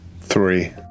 Three